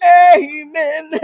amen